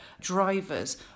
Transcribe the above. drivers